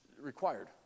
required